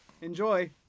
Enjoy